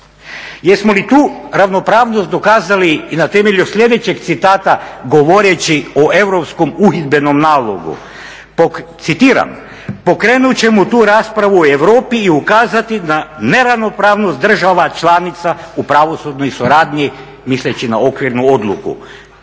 Jesmo li tu ravnopravnost dokazali i na temelju sljedećeg citata govoreći o europskom uhidbenom nalogu. Citiram: "Pokrenut ćemo tu raspravu u Europi i ukazati na neravnopravnost država članica u pravosudnoj suradnji misleći na okvirnu odluku."